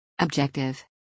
Objective